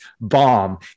bomb